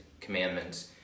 commandments